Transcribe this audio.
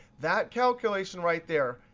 that calculation right there,